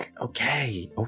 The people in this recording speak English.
Okay